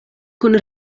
kun